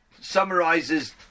summarizes